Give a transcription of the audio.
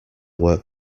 work